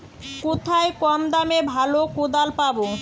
কোথায় কম দামে ভালো কোদাল পাব?